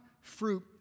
fruit